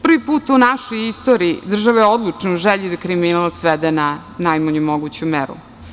Prvi put u našoj istoriji država je odlučna u želji da kriminal svede na najmanju moguću meru.